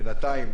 בינתיים,